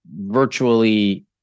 virtually